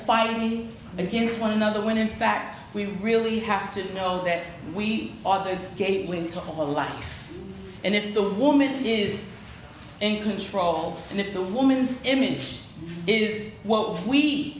fighting against one another when in fact we really have to know that we are the game going to home life and if the woman is in control and if the woman's image is what we